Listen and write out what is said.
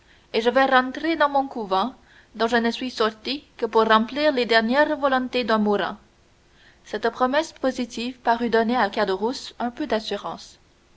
et je vais rentrer dans mon couvent dont je ne suis sorti que pour remplir les dernières volontés d'un mourant cette promesse positive parut donner à caderousse un peu d'assurance